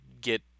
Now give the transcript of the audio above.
get